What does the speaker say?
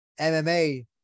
MMA